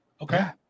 Okay